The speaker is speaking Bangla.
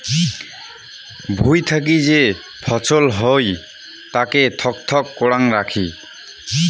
ভুঁই থাকি যে ফছল হই তাকে থক থক করাং রাখি